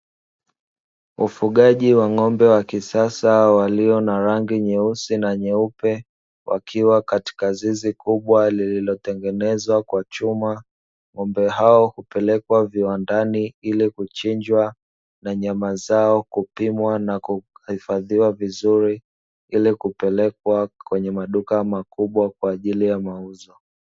Ufugaji wa ng'ombe wa kisasa walio na rangi nyeusi na nyeupe, wakiwa katika zizi kubwa lililotengenezwa kwa chuma. Ng'ombe hao upelekwa viwandani ili kuchinjwa na nyama zao kupimwa na kuhifadhiwa vizuri, ili kupelekwa kwenye maduka makubwa kwa ajili ya mauzo.